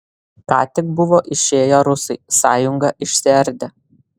ką tik buvo išėję rusai sąjunga išsiardė